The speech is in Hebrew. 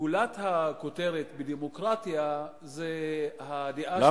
גולת הכותרת בדמוקרטיה זה הדעה של העם,